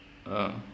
um